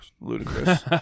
Ludicrous